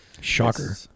shocker